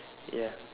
ya